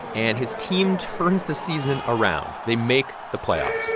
and his team turns the season around. they make the playoffs